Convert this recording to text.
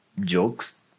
jokes